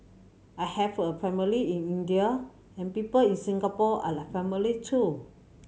I have a family in India and people in Singapore are like family too